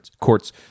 court's